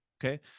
Okay